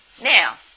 Now